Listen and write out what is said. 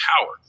power